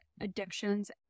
addictions